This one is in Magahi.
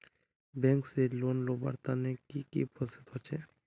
बैंक से लोन लुबार तने की की प्रोसेस होचे?